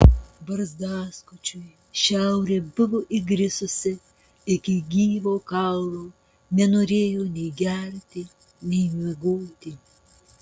barzdaskučiui šiaurė buvo įgrisusi iki gyvo kaulo nenorėjo nei gerti nei miegoti